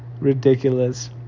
ridiculous